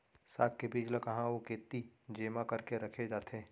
साग के बीज ला कहाँ अऊ केती जेमा करके रखे जाथे?